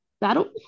battle